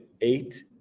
eight